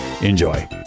Enjoy